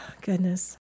goodness